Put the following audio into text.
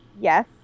Yes